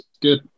Good